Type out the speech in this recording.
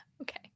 Okay